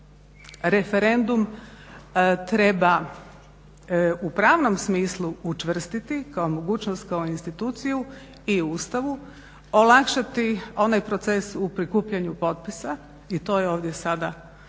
referendum treba u pravnom smislu učvrstiti kao mogućnost, kao instituciju i u Ustavu olakšati onaj proces u prikupljanju potpisa i to je ovdje sada pred